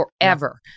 forever